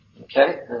okay